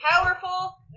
powerful